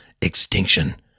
extinction